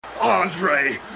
Andre